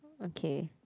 okay